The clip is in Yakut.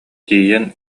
тиийэн